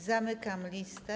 Zamykam listę.